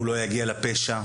הוא לא יגיע לפשע,